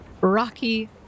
rocky